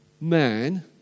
man